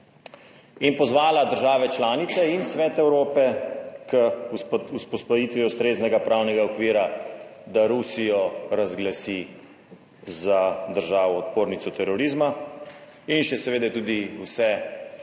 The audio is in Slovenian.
in pozvala države članice in Svet Evrope k vzpostavitvi ustreznega pravnega okvira, da Rusijo razglasi za državo odpornico(?) terorizma in še seveda tudi vse